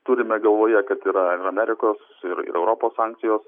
turime galvoje kad yra amerikos ir europos sankcijos